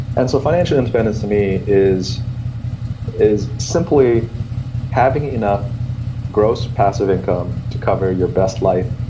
and so financial independence to me is is simply having enough gross passive income to cover your best life,